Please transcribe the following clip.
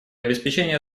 обеспечения